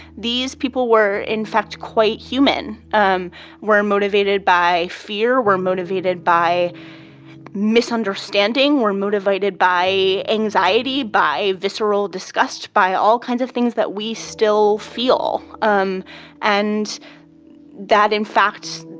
these people were, in fact, quite human, um were motivated by fear, were motivated by misunderstanding, were motivated by anxiety, by visceral disgust, by all kinds of things that we still feel um and that, in fact,